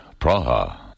Praha